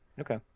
Okay